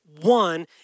one